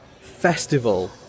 festival